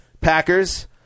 Packers